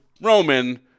Roman